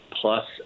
plus